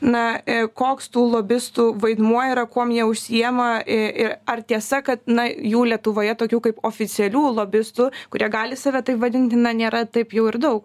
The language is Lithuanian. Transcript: na koks tų lobistų vaidmuo yra kuom jie užsiima ir ar tiesa kad na jų lietuvoje tokių kaip oficialių lobistų kurie gali save taip vadinti na nėra taip jau ir daug